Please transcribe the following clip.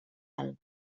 alt